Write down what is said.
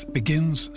begins